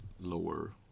lower